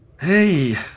Hey